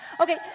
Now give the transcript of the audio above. Okay